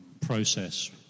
process